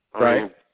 Right